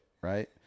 right